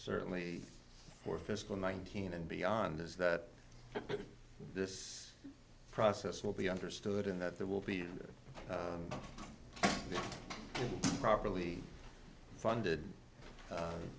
certainly for fiscal nineteen and beyond is that this process will be understood in that there will be properly funded